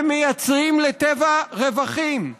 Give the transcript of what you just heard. הם מייצרים לטבע רווחים.